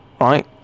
Right